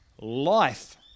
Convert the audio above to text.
life